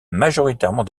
majoritairement